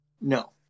No